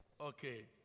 Okay